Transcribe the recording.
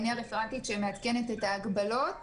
אני הרפרנטית שמעדכנת את ההגבלות,